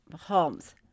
Holmes